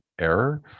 error